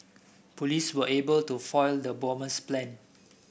police were able to foil the bomber's plans